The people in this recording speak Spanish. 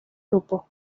grupo